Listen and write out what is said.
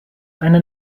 eine